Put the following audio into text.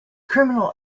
criminal